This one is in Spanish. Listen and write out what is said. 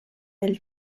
del